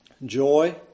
joy